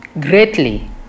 greatly